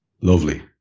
Lovely